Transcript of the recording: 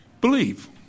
believe